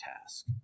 task